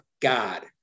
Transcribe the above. God